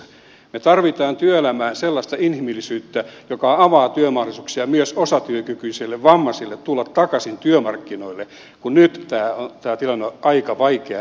me tarvitsemme työelämään sellaista inhimillisyyttä joka avaa työmahdollisuuksia myös osatyökykyisille ja vammaisille tulla takaisin työmarkkinoille kun nyt tämä tilanne on aika vaikea näitten kohdalla